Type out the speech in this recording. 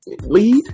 lead